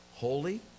holy